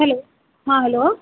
hello हँ hello